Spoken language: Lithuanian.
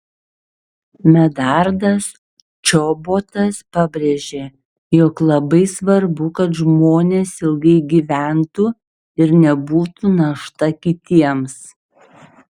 medardas čobotas pabrėžė jog labai svarbu kad žmonės ilgai gyventų ir nebūtų našta kitiems